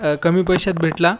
कमी पैशात भेटला